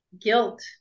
guilt